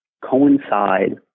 coincide